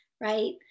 right